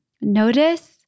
notice